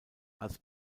als